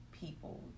people